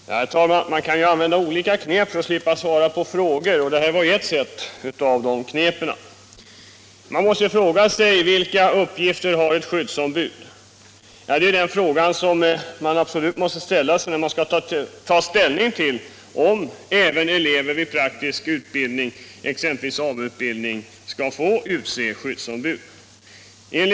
Herr talman! Man kan ju använda olika knep för att slippa svara på frågor, och det här var ett sätt. När man skall ta ställning till om även elever vid praktisk utbildning, exempelvis AMU-utbildning, skall få utse skyddsombud, måste man absolut fråga sig vilka uppgifter ett skyddsombud har.